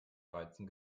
reizen